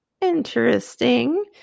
Interesting